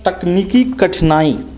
तकनीकी कठिनाई